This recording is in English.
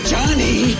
Johnny